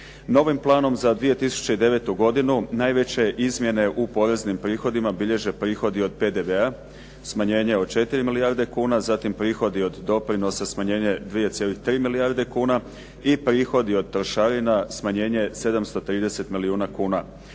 Novim planom za 2009. godinu najveće izmjene u poreznim prihodima bilježe prihodi od PDV-a, smanjenje od 4 milijarde kuna, zatim prihodi od doprinosa smanjenje 2,3 milijarde kuna i prihodi od trošarina smanjenje 730 milijuna kuna.